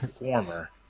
warmer